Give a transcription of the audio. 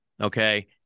Okay